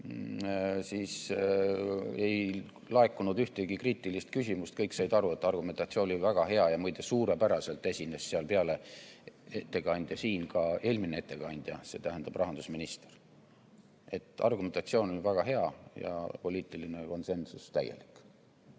siis ei laekunud ühtegi kriitilist küsimust. Kõik said aru, et argumentatsioon on väga hea. Muide, suurepäraselt esines seal ka eelmine ettekandja, st rahandusminister. Argumentatsioon oli väga hea ja poliitiline konsensus täielik.